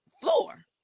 floor